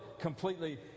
completely